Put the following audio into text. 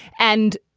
and.